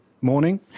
morning